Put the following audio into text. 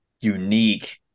unique